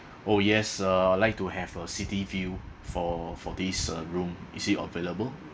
oh yes uh I like to have uh city view for for this uh room is it available